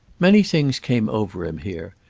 many things came over him here,